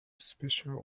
special